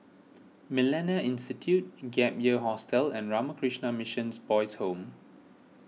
Millennia Institute Gap Year Hostel and Ramakrishna Mission Boys' Home